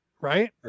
right